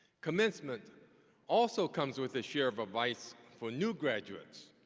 commencement also comes with a share of advice for new graduates.